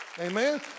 Amen